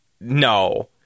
no